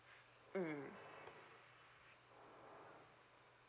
mm